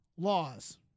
Laws